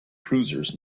cruisers